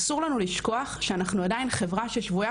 אסור לנו לשכוח שאנחנו עדיין חברה ששבוייה